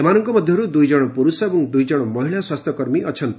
ଏମାନଙ୍ଙ ମଧ୍ଧରୁ ଦୁଇଜଶ ପୁରୁଷ ଏବଂ ଦୁଇଜଶ ମହିଳା ସ୍ୱାସ୍ଥ୍ୟକର୍ମୀ ଅଛନ୍ତି